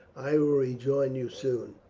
i will rejoin you soon.